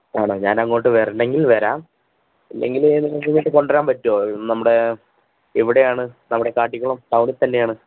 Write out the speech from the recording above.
ആണോ ഞാനങ്ങോട്ടു വരണമെങ്കില് വരാം അല്ലെങ്കില് നിങ്ങൾക്കിങ്ങോട്ടു കൊണ്ടുവരാന് പറ്റുമോ നമ്മുടെ ഇവിടെയാണ് നമ്മുടെ കാട്ടിക്കുളം ടൗണില്ത്തന്നെയാണ്